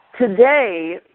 Today